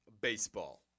baseball